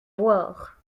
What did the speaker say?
voir